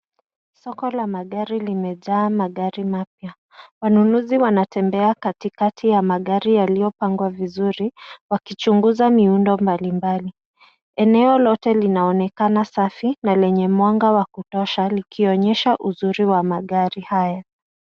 Soko la magari limejaa magari mapya. Wanunuzi wanatembea katikati ya magari yaliyopangwa vizuri wakichuguza miundo mbalimbali. Eneo lote linaonekana safi na lenye mwanga wa kutosha likionyesha uzuri wa magari haya.